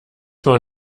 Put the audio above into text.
war